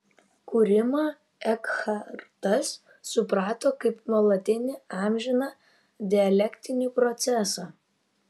kūrimą ekhartas suprato kaip nuolatinį amžiną dialektinį procesą